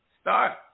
Start